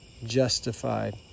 justified